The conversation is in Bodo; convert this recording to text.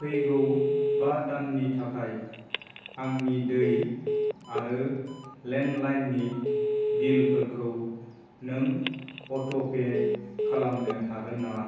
फैगौ बा दाननि थाखाय आंनि दै आरो लेन्डलाइननि बिलफोरखौ नों अट'पे खालामनो हागोन नामा